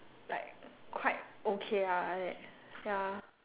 like quite okay ah like ya